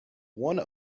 one